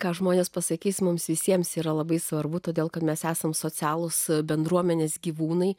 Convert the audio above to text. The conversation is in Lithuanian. ką žmonės pasakys mums visiems yra labai svarbu todėl kad mes esam socialūs bendruomenės gyvūnai